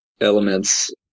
elements